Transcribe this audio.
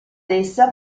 essa